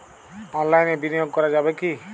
অনলাইনে বিনিয়োগ করা যাবে কি?